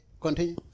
Continue